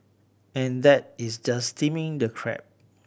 and that is just steaming the crab